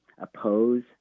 oppose